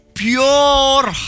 pure